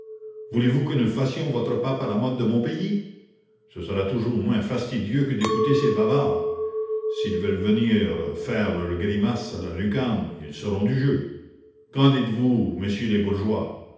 voulez-vous que nous fassions votre pape à la mode de mon pays ce sera toujours moins fastidieux que d'écouter ces bavards s'ils veulent venir faire leur grimace à la lucarne ils seront du jeu qu'en dites-vous messieurs les bourgeois